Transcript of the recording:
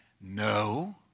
No